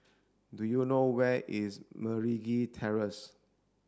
do you know where is Meragi Terrace